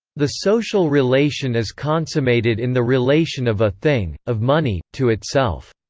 the social relation is consummated in the relation of a thing, of money, to itself.